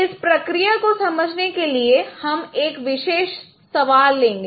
इस प्रक्रिया को समझने के लिए हम एक विशेष सवाल लेंगे